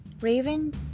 raven